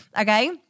Okay